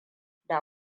da